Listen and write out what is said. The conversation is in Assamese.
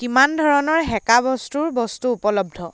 কিমান ধৰণৰ সেকা বস্তুৰ বস্তু উপলব্ধ